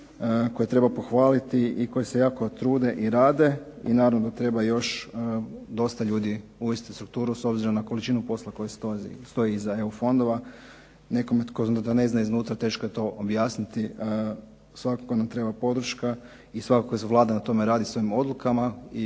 koje treba pohvaliti i koji se jako trude i rade. I naravno treba još dosta ljudi uvesti u strukturu s obzirom na količinu posla koji stoji iza EU fondova. Nekome tko to ne zna iznutra teško je to objasniti. Svakako nam treba podrška i svakako Vlada na tome radi svojim odlukama i